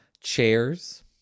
Chairs